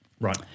Right